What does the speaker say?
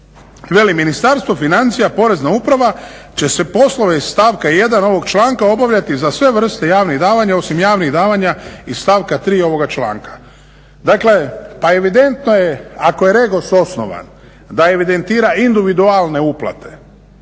Veli Ministarstvo financija, Porezna uprava će sve poslove iz stavka 1. obavljati za sve vrste javnih davanja osim javnih davanja iz stavka 3. ovoga članka. Dakle, pa evidentno je ako je REGOS osnovan da evidentira individualne uplate,